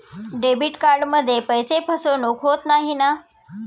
Debit कार्डमध्ये पैसे फसवणूक होत नाही ना?